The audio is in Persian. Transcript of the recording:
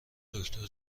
دکتر